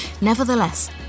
Nevertheless